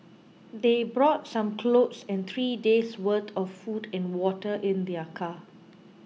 they brought some clothes and three days' worth of food and water in their car